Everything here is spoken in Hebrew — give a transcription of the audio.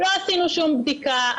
לא עשינו שום בדיקה.